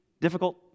Difficult